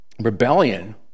rebellion